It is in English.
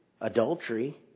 adultery